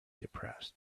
depressed